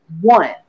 one